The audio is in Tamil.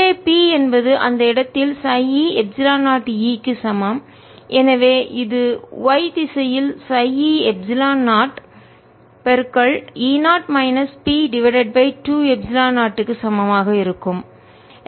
உள்ளே P என்பது அந்த இடத்தில் χ e எப்சிலன் 0 E க்கு சமம் எனவே இது y திசையில் χ e epsilon 0 E0 minus P divided by 2எப்சிலன் 0 க்கு சமமாக இருக்கும்